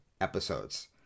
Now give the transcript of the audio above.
episodes